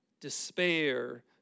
despair